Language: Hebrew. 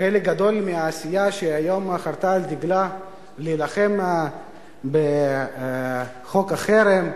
חלק גדול מהסיעה שהיום חרתה על דגלה להילחם בחוק החרם,